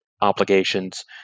obligations